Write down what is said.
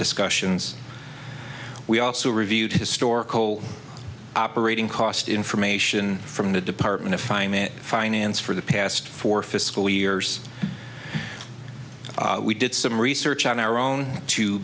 discussions we also reviewed historical operating cost information from the department of finance finance for the past four fiscal years we did some research on our own t